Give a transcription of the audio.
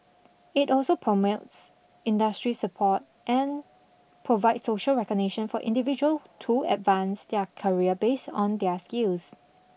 it also promote industry support and provide social recognition for individual to advance their career based on their skills